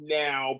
now